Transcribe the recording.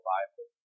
Bible